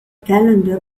calendar